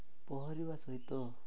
ପହଁରିବା ସହିତ